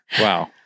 Wow